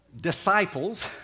disciples